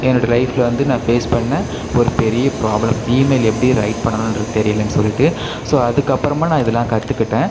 என்னோட லைஃப்பில் வந்து நான் ஃபேஸ் பண்ண ஒரு பெரிய ப்ராப்ளம் இமெயில் எப்படி ரைட் பண்ணணுன்றது தெரியலன்னு சொல்லிவிட்டு ஸோ அதுக்கப்பறமாக நான் இதெலாம் கற்றுக்கிட்டேன்